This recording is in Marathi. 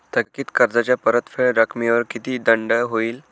थकीत कर्जाच्या परतफेड रकमेवर किती दंड होईल?